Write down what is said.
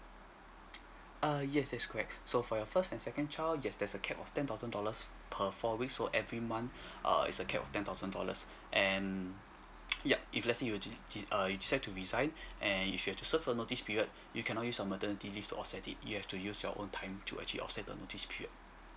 uh yes that's correct so for your first and second child yes there's a cap of ten thousand dollars per four weeks so every month err is a cap of ten thousand dollars and yup if let's say you were de~ de~ err you decide to resign and you have to serve a notice period you cannot use your maternity leave to offset it you have to use your own time to actually offset the notice period